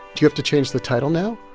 do you have to change the title now?